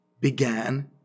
began